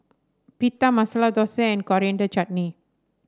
Pita Masala Dosa and Coriander Chutney